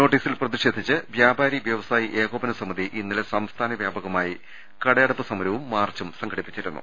നോട്ടീസുകളിൽ പ്രതിഷേധിച്ച് വ്യാപാരി വ്യവസായി ഏകോപന സമിതി ഇന്നലെ സംസ്ഥാന വ്യാപകമായി കടയടപ്പ് സമരവും മാർച്ചും സംഘടിപ്പിച്ചിരുന്നു